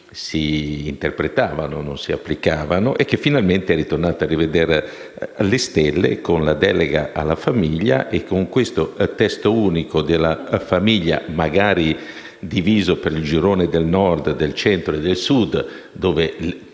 si interpretavano e non si applicavano, mentre ora finalmente è ritornato a riveder le stelle, con la delega alla famiglia. Con questo testo unico sulla famiglia, magari diviso per il girone del Nord, del Centro e del Sud, dove